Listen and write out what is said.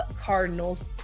Cardinals